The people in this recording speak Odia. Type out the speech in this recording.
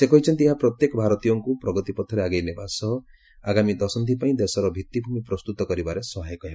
ସେ କହିଛନ୍ତି ଏହା ପ୍ରତ୍ୟେକ ଭାରତୀୟଙ୍କୁ ପ୍ରଗତି ପଥରେ ଆଗେଇ ନେବା ସହ ଆଗାମୀ ଦଶନ୍ଧି ପାଇଁ ଦେଶର ଭିତ୍ତିଭୂମି ପ୍ରସ୍ତୁତ କରିବାରେ ସହାୟକ ହେବ